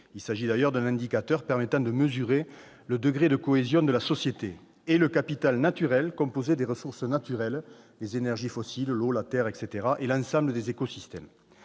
il s'agit d'ailleurs d'un indicateur permettant de mesurer le degré de cohésion de la société -et le capital naturel, qui est composé des ressources naturelles, comme les énergies fossiles, l'eau, les terres, et l'ensemble des écosystèmes.